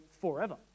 forever